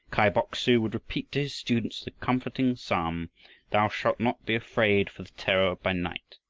kai bok-su would repeat to his students the comforting psalm thou shalt not be afraid for the terror by night